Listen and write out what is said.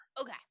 Okay